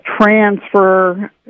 transfer